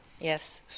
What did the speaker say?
yes